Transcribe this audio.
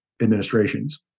administrations